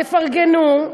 תפרגנו,